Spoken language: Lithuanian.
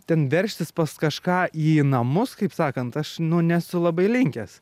ten veržtis pas kažką į namus kaip sakant aš nesu labai linkęs